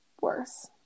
worse